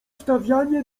stawianie